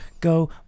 go